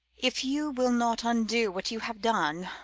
if you will not undo what you have done,